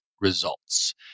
results